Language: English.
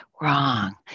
wrong